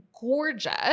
gorgeous